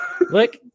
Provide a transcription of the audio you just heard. Look